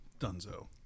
Dunzo